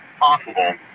possible